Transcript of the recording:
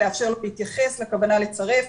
לאפשר לו להתייחס לכוונה לצרף,